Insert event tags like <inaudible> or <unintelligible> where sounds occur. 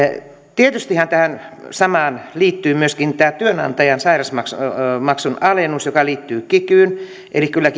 tietystihän tähän samaan liittyy myöskin tämä työnantajan sairausmaksun alennus joka liittyy kikyyn eli kyllä <unintelligible>